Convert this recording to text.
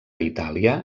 itàlia